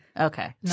Okay